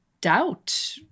doubt